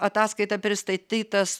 ataskaitą pristatytas